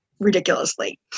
ridiculously